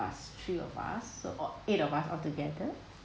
plus three of us so all eight of us all together